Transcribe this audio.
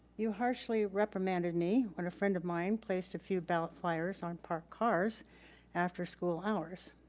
you harshly reprimanded me when a friend of mine placed a few ballot flyers on parked cars after school hours,